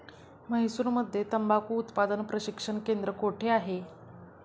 म्हैसूरमध्ये तंबाखू उत्पादन प्रशिक्षण केंद्र कोठे आहे?